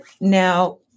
now